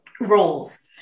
roles